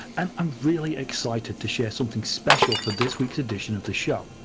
and i'm really excited to share something special for this week's edition of the show.